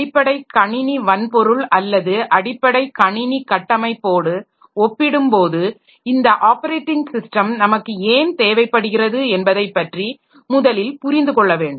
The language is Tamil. அடிப்படை கணினி வன்பொருள் அல்லது அடிப்படை கணினி கட்டமைப்போடு ஒப்பிடும்போது இந்த ஆப்பரேட்டிங் ஸிஸ்டம் நமக்கு ஏன் தேவைப்படுகிறது என்பதைப் பற்றி முதலில் புரிந்து கொள்ள வேண்டும்